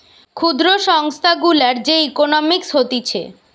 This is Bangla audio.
ক্ষুদ্র সংস্থা গুলার যে ইকোনোমিক্স হতিছে